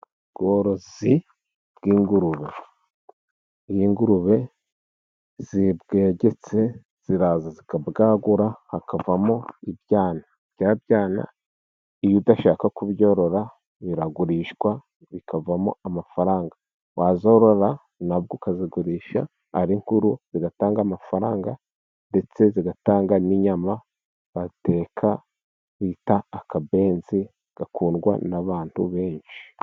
Ubworozi bw'ingurube : Iyo ingurube zibwegetse ziraza zikabwagura hakavamo ibyana, bya byana iyo udashaka kubyorora, biragurishwa bikavamo amafaranga. Wazorora nabwo ukazigurisha ari nkuru zigatanga amafaranga, ndetse zigatanga n'inyama bateka bita akabenzi gakundwa n'abantu benshi.